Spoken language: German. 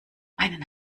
einen